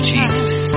Jesus